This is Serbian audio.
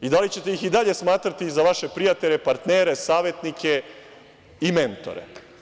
I da li ćete ih i dalje smatrati za vaše prijatelje, partnere, savetnike i mentore?